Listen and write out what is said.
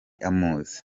amuzi